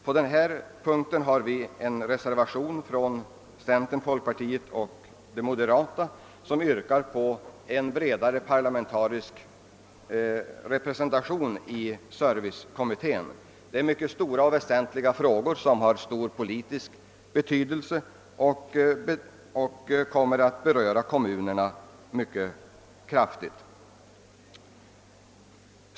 På den punkten har en reservation avgivits av centern, folkpartiet och de moderata, vari yrkas på en bredare parlamentarisk representation i servicekommittén. Det gäller mycket omfattande och väsentliga frågor som har stor politisk betydelse och kraftigt kommer att beröra även kommunerna.